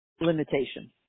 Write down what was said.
limitation